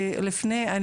ולפני גם